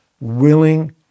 willing